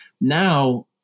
Now